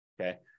okay